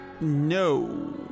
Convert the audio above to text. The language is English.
No